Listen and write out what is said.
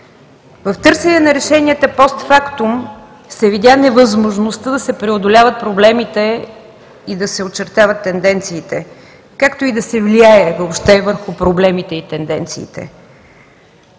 В търсене на решенията постфактум се видя невъзможността да се преодоляват проблемите и да се очертават тенденциите, както и да се влияе въобще върху проблемите и тенденциите.